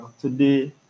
today